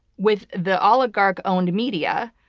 with the oligarch-owned media,